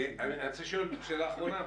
שאלה אחרונה.